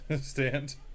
stand